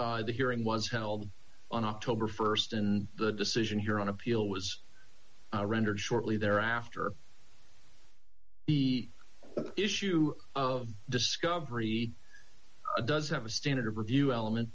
the hearing was held on october st and the decision here on appeal was rendered shortly thereafter the issue of discovery does have a standard of review element